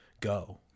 go